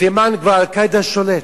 בתימן כבר "אל-קאעידה" שולט.